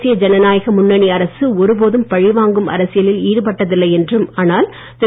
தேசிய ஜனநாயக முன்னணி அரசு ஒரு போதும் பழிவாங்கும் அரசியலில் ஈடுபட்டதில்லை என்றும் ஆனால் திரு